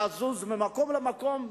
לזוז ממקום למקום,